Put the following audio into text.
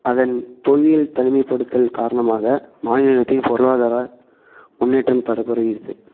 அதன் புவியியல் தனிமைப்படுத்தல் காரணமாக மாநிலத்தின் பொருளாதார முன்னேற்றம் தடைபடுகிறது